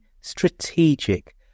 strategic